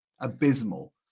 abysmal